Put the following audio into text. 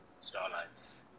Starlights